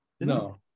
No